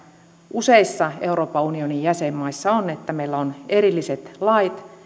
useissa euroopan unionin jäsenmaissa on että meillä on erilliset lait